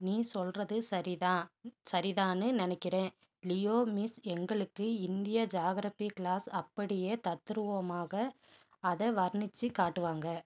நீ சொல்கிறது சரி தான் சரி தான்னு நினைக்கிறேன் லியோ மிஸ் எங்களுக்கு இந்திய ஜியாக்ரஃபி க்ளாஸ் அப்படியே தத்ரூபமாக அதை வர்ணிச்சு காட்டுவாங்க